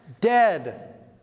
Dead